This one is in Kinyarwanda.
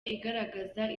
igaragaza